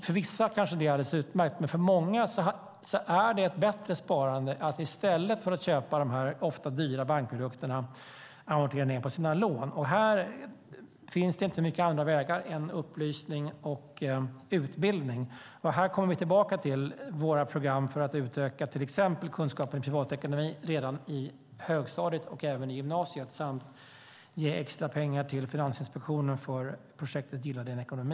För vissa kanske det är alldeles utmärkt, men för många är det ett bättre sparande att i stället för att köpa de här ofta dyra bankprodukterna amortera ned sina lån. När det gäller detta finns det inte så många andra vägar än upplysning och utbildning, och här kommer vi tillbaka till våra program för att utöka till exempel kunskapen i privatekonomi redan i högstadiet och även i gymnasiet samt ge extra pengar till Finansinspektionen för projektet Gilla din ekonomi.